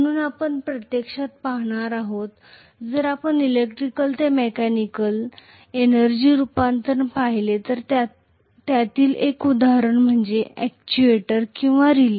म्हणून आपण प्रत्यक्षात पाहणार आहोत जर आपण इलेक्ट्रिकल ते मेकॅनिकल एनर्जी रूपांतरण पाहिले तर त्यातील एक उदाहरण म्हणजे अॅक्ट्युएटर किंवा रिले